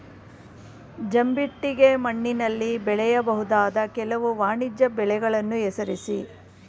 ಜಂಬಿಟ್ಟಿಗೆ ಮಣ್ಣಿನಲ್ಲಿ ಬೆಳೆಯಬಹುದಾದ ಕೆಲವು ವಾಣಿಜ್ಯ ಬೆಳೆಗಳನ್ನು ಹೆಸರಿಸಿ?